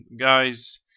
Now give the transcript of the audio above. guys